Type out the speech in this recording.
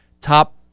top